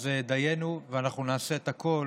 אז דיינו, ואנחנו נעשה את הכול